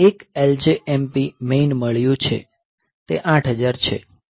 તેને એક LJMP મેઈન મળ્યો છે તે 8000 છે